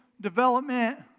development